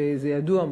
שזה ידוע,